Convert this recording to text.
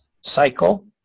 cycle